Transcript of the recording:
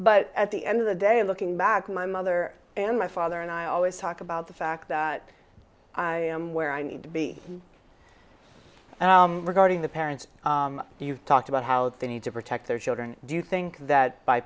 but at the end of the day looking back to my mother and my father and i always talk about the fact that i am where i need to be regarding the parents you've talked about how they need to protect their children do you think that by